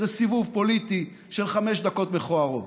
סגני יושב-ראש הכנסת ימסרו,